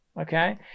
okay